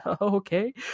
okay